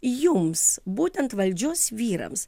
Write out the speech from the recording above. jums būtent valdžios vyrams